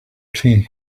tea